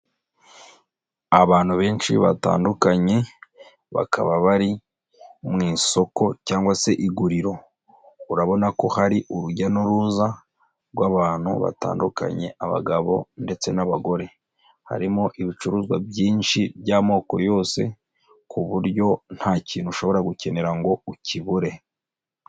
Abantu benshi batandukanye, bakaba bari mu isoko cyangwa se iguriro. Urabona ko hari urujya n'uruza rw'abantu batandukanye, abagabo ndetse n'abagore. Harimo ibicuruzwa byinshi by'amoko yose ku buryo ntakintu ushobora gukenera ngo ukibure.